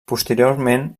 posteriorment